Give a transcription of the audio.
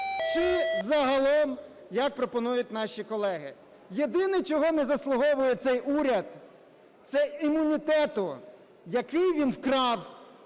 чи загалом, як пропонують наші колеги. Єдине, чого не заслуговує цей уряд, це імунітету, який він вкрав